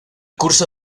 curso